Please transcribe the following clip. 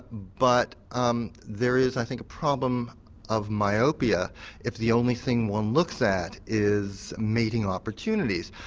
but um there is i think a problem of myopia if the only thing one looks at is mating opportunities.